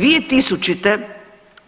2000.,